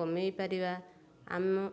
କମାଇ ପାରିବା ଆମ